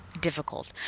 difficult